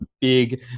big